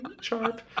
sharp